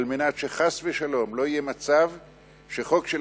על מנת שחס ושלום לא יהיה מצב שחוק של